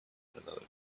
another